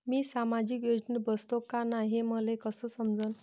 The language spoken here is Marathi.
मी सामाजिक योजनेत बसतो का नाय, हे मले कस समजन?